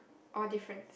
or difference